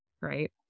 right